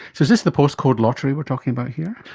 so is this the postcode lottery we're talking about here?